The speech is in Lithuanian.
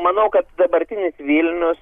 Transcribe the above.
manau kad dabartinis vilnius